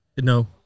No